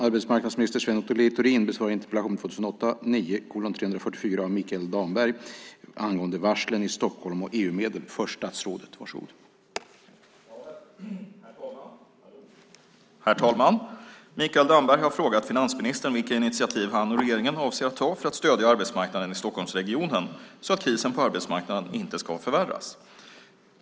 Herr talman! Mikael Damberg har frågat finansministern vilka initiativ han och regeringen avser att ta för att stödja arbetsmarknaden i Stockholmsregionen så att krisen på arbetsmarknaden inte ska förvärras.